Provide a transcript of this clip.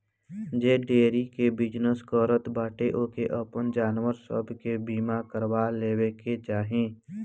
जे डेयरी के बिजनेस करत बाटे ओके अपनी जानवर सब के बीमा करवा लेवे के चाही